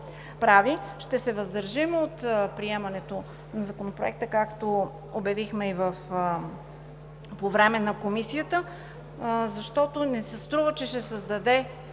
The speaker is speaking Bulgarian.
прави. Ще се въздържим от приемането на Законопроекта, както обявихме и по време на Комисията, защото ми се струва, че това ще създаде